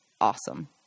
Awesome